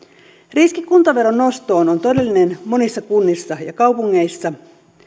riski kuntaveron nostoon on todellinen monissa kunnissa ja kaupungeissa